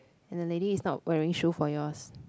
and the lady is not wearing shoe for yours